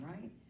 right